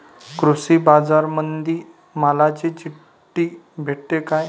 कृषीबाजारामंदी मालाची चिट्ठी भेटते काय?